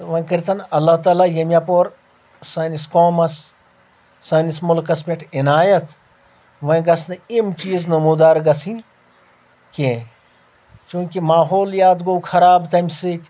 تہٕ وۄنۍ کٔرتَن اللہ تعالیٰ ییٚمہِ یپور سٲنِس قومَس سٲنِس مُلکَس پؠٹھ عِنایت وَنۍ گژھنہٕ یِم چیٖز نموٗدار گژھٕنۍ کینٛہہ چوٗنٛکہِ ماحولِیات گوٚو خراب تمہِ سۭتۍ